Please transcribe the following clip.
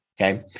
Okay